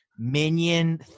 Minion